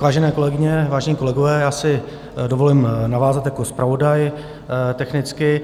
Vážené kolegyně, vážení kolegové, já si dovolím navázat jako zpravodaj technicky.